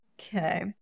Okay